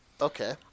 Okay